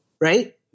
Right